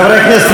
חברי הכנסת,